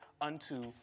unto